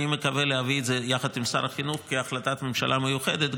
אני מקווה להביא את זה יחד עם שר החינוך כהחלטת ממשלה מיוחדת,